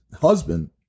husband